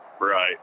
Right